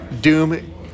Doom